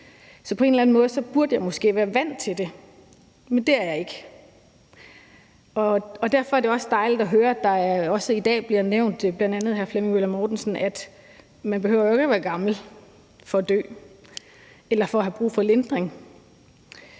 Så på en eller anden måde burde jeg måske være vant til det, men det er jeg ikke. Derfor er det dejligt at høre, at der også i dag bliver nævnt, bl.a. af hr. Flemming Møller Mortensen, at man jo ikke behøver at være gammel for at dø eller for at have brug for lindring.